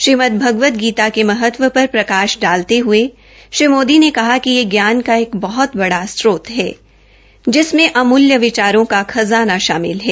श्रीमद भगवत गीता के महत्व पर प्रकाश डालने हये श्री मोदी ने कहा कि यह जान का बहुत बड़ा स्त्रोत है पि समें अमूल्य विचारों का खज़ाना शामिल है